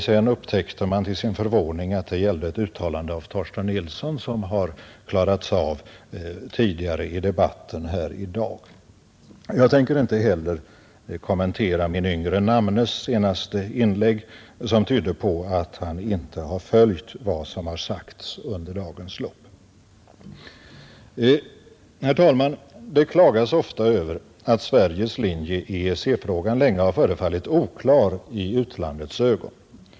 Sedan upptäckte man till sin förvåning att det gällde ett uttalande av Torsten Nilsson, som har klarats av tidigare i debatten här i dag. Jag tänker inte heller kommentera min yngre namnes senaste inlägg som tydde på att han inte följt vad som har sagts under dagens lopp. Herr talman! Det klagas ofta över att Sveriges linje i EEC-frågan länge förefallit oklar i utlandets ögon.